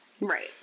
Right